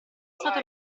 stato